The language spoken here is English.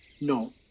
No